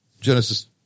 Genesis